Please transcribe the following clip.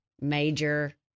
Major